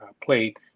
played